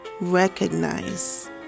recognize